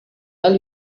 tal